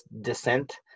descent